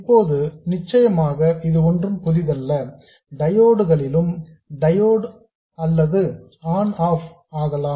இப்போது நிச்சயமாக இது ஒன்றும் புதிதல்ல டயோட் களிலும் டயோட் ஆன் அல்லது ஆஃப் ஆகலாம்